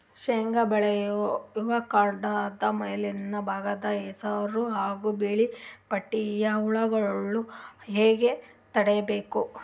ಶೇಂಗಾ ಬೆಳೆಯ ಕಾಂಡದ ಮ್ಯಾಲಿನ ಭಾಗದಾಗ ಹಸಿರು ಹಾಗೂ ಬಿಳಿಪಟ್ಟಿಯ ಹುಳುಗಳು ಹ್ಯಾಂಗ್ ತಡೀಬೇಕು?